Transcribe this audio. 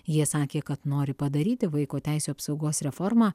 jie sakė kad nori padaryti vaiko teisių apsaugos reformą